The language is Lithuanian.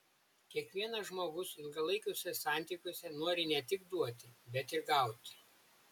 kiekvienas žmogus ilgalaikiuose santykiuose nori ne tik duoti bet ir gauti